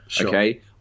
okay